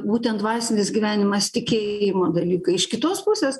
būtent dvasinis gyvenimas tikėjimo dalykai iš kitos pusės